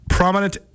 Prominent